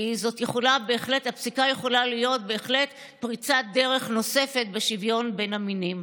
כי הפסיקה יכולה להיות בהחלט פריצת דרך נוספת בשוויון בין המינים.